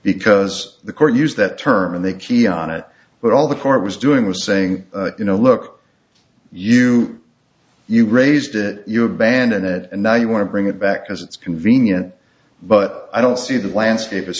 because the court used that term and they kion it but all the court was doing was saying you know look you you raised it you abandon it and now you want to bring it back because it's convenient but i don't see that landscape i